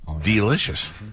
delicious